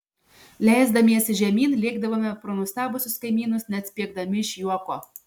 leisdamiesi žemyn lėkdavome pro nustebusius kaimynus net spiegdami iš juoko